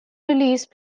release